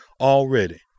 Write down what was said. already